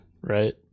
right